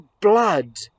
blood